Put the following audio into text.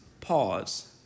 pause